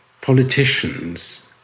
politicians